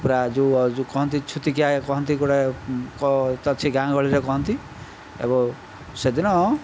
ପୂରା ଯେଉଁ ଯେଉଁ କହନ୍ତି ଛୁତିକିଆ କହନ୍ତି ଗୁଡ଼ାଏ ତ ଅଛି ଗାଁ ଗହଳିରେ କହନ୍ତି ଏବଂ ସେଦିନ